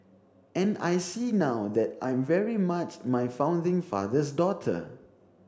and I see now that I'm very much my founding father's daughter